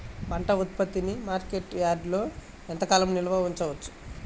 పంట ఉత్పత్తిని మార్కెట్ యార్డ్లలో ఎంతకాలం నిల్వ ఉంచవచ్చు?